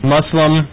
Muslim